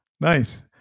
Nice